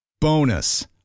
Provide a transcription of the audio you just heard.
Bonus